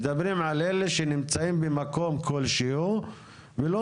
מדברים על אלה שנמצאים במקום כלשהו ולא